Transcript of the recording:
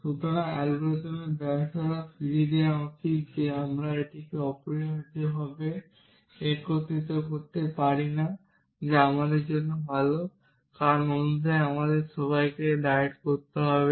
সুতরাং অ্যালগরিদমের ব্যর্থতা ফিরিয়ে দেওয়া উচিত যে আমরা এটিকে অপরিহার্যভাবে একত্রিত করতে পারি না যা আমাদের জন্য ভাল কারণ অন্যথায় আমাদের সবাইকে ডায়েট করতে হবে